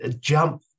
jump